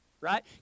right